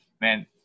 Man